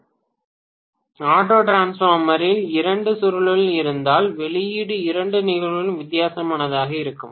மாணவர் ஆட்டோ டிரான்ஸ்பார்மரில் இரண்டு சுருள்கள் இருந்தால் வெளியீடு இரண்டு நிகழ்வுகளில் வித்தியாசமாக இருக்கும்